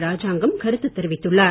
ராஜாங்கம் கருத்து தெரிவித்துள்ளார்